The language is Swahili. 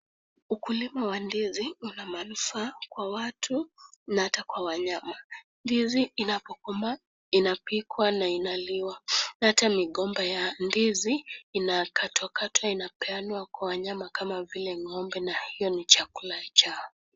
Ukulima wa ndizi una manufaa kwa watu na hata kwa wanyama. Ndizi inapokomaa inapikwa na inaliwa. Hata migomba ya ndizi inakatwakatwa inapeanwa kwa wanyama kama vile ng'ombe na hiyo ni chakula chao.